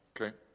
okay